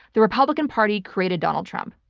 the republican party created donald trump.